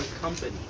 company